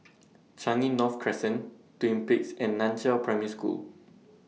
Changi North Crescent Twin Peaks and NAN Chiau Primary School